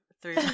three